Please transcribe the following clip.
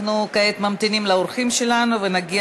אנחנו כעת ממתינים לאורחים שלנו ונגיע